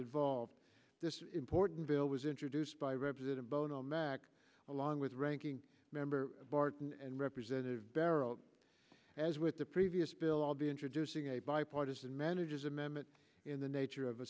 involved this important bill was introduced by representative bono mack along with ranking member barton and representative barrow as with the previous bill all the introducing a bipartisan manager's amendment in the nature of a